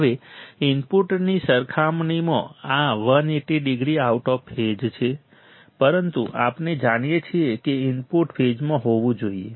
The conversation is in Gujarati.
હવે ઇનપુટની સરખામણીમાં આ 180 ડિગ્રી આઉટ ઓફ ફેઝ છે પરંતુ આપણે જાણીએ છીએ કે ઇનપુટ ફેઝમાં હોવું જોઈએ